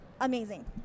amazing